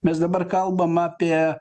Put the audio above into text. mes dabar kalbam apie